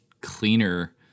cleaner